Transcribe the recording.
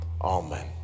Amen